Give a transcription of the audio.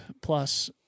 Plus